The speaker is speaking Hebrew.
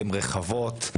הן רחבות.